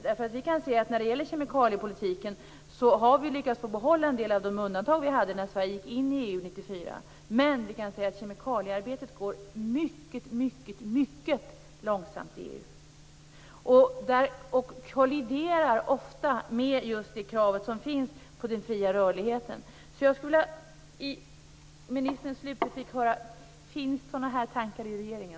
När det gäller kemikaliepolitiken har vi lyckats behålla en del av de undantag vi hade när Sverige gick in i EU 1994. Men vi kan säga att kemikaliearbetet går mycket långsamt i EU och ofta kolliderar med just det krav som finns på den fria rörligheten. Jag skulle i ministerns slutreplik vilja höra: Finns sådana här tankar i regeringen?